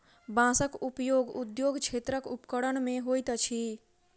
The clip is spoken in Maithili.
बांसक उपयोग उद्योग क्षेत्रक उपकरण मे होइत अछि